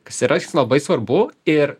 kas yra labai svarbu ir